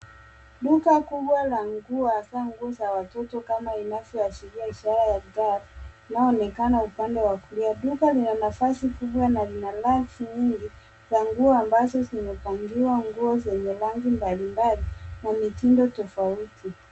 Duka kubwa la nguo, hasa nguo za watoto kama inavyoashiria ishara ya black inayoonekana upande wa kulia. Duka lina nafasi kubwa na lina nafasi racks nyingi za nguo ambazo zimepangiwa nguo zenye rangi mbalimbali na mitindo tofauti.